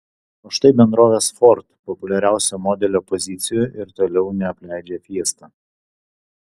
o štai bendrovės ford populiariausio modelio pozicijų ir toliau neapleidžia fiesta